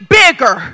bigger